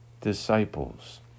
disciples